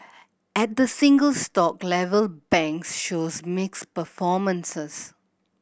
at the single stock level banks shows mixed performances